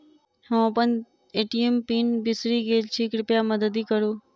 हम अप्पन ATM pin बिसरि गेल छी कृपया मददि करू